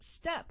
step